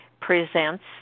presents